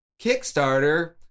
Kickstarter